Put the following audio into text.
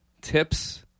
tips